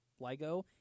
Ligo